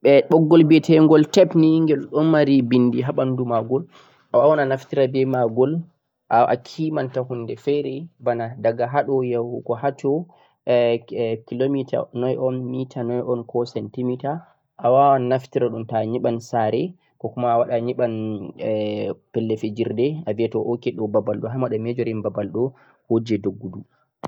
boggol bhtieghol tape ni ghel do mari bindi ha bandu magol a wawan a naftira beh magol a kimanta hunde fere bana hado yahugo hato kilometer noi on meter noi on ko centimeter a wawan naftira dhum to'a nyibam saare ko kuma a nyibam pellel fijirde a viya toh ok toh babal do do hami wada measurig babal do koje doggudu